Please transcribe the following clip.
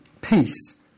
peace